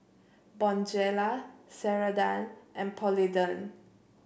Bonjela Ceradan and Polident